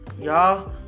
Y'all